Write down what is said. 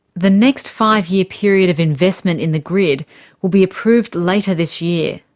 the next five-year period of investment in the grid will be approved later this year.